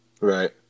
Right